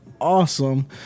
awesome